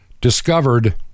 Discovered